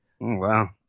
wow